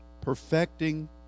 perfecting